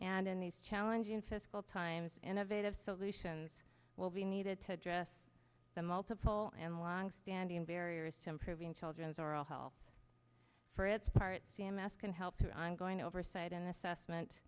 and in these challenging fiscal times innovative solutions will be needed to address the multiple and longstanding barriers to improving children's oral health for its part c m s can help the ongoing oversight and assessment